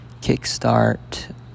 kickstart